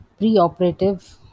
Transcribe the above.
preoperative